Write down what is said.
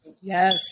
Yes